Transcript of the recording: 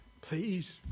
Please